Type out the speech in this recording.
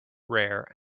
rare